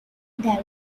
there